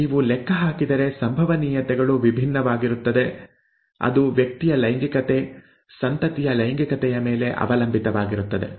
ನೀವು ಲೆಕ್ಕ ಹಾಕಿದರೆ ಸಂಭವನೀಯತೆಗಳು ವಿಭಿನ್ನವಾಗಿರುತ್ತದೆ ಅದು ವ್ಯಕ್ತಿಯ ಲೈಂಗಿಕತೆ ಸಂತತಿಯ ಲೈಂಗಿಕತೆಯ ಮೇಲೆ ಅವಲಂಬಿತವಾಗಿರುತ್ತದೆ